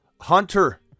hunter